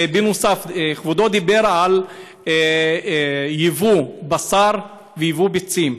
ונוסף על כך, כבודו דיבר על יבוא בשר ויבוא ביצים.